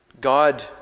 God